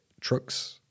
trucks